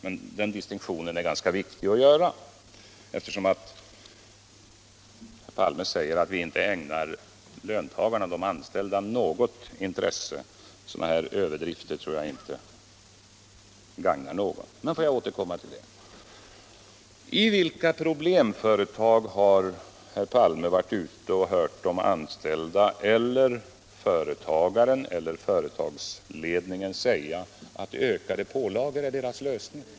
Denna distinktion är ganska viktig att göra, eftersom herr Palme säger att vi inte debatt Allmänpolitisk debatt ägnar löntagarna, de anställda, något intresse. Sådana överdrifter tror jag inte gagnar någon. Men jag skall återkomma till det. I vilka problemföretag har herr Palme varit och hört de anställda eller företagaren eller företagsledningen säga att ökade pålagor är deras lösning?